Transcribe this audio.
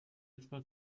etwa